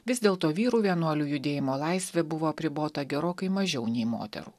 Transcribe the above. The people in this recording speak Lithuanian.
vis dėlto vyrų vienuolių judėjimo laisvė buvo apribota gerokai mažiau nei moterų